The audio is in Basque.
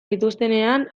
dituztenean